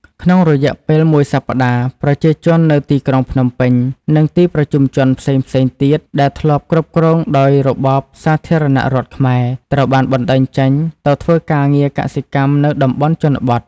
ក្នុងរយៈពេលមួយសប្តាហ៍ ប្រជាជននៅទីក្រុងភ្នំពេញ និងទីប្រជុំជនផ្សេងៗទៀត ដែលធ្លាប់គ្រប់គ្រងដោយរបបសាធារណរដ្ឋខ្មែរ ត្រូវបានបណ្តេញចេញទៅធ្វើការងារកសិកម្មនៅតំបន់ជនបទ។